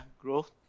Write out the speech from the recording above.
growth